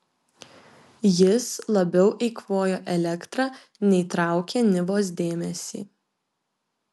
jis labiau eikvojo elektrą nei traukė nivos dėmesį